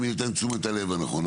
אם יינתן תשומת הלב הנכון.